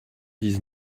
dix